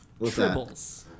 Tribbles